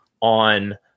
on